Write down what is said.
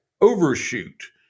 Overshoot